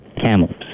camels